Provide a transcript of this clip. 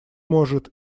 может